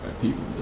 people